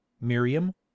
Miriam